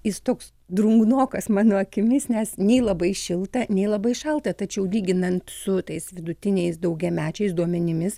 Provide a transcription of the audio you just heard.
jis toks drungnokas mano akimis nes nei labai šilta nei labai šalta tačiau lyginant su tais vidutiniais daugiamečiais duomenimis